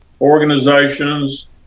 organizations